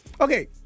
Okay